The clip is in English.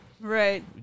Right